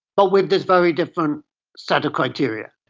but with this very different set of criteria.